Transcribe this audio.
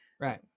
Right